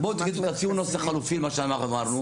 מרכזים --- בואו תציעו נוסח חלופי למה שאנחנו אמרנו.